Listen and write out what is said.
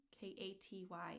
k-a-t-y